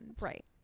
Right